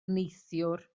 neithiwr